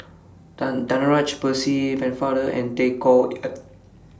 Danaraj Percy Pennefather and Tay Koh Yat